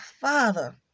Father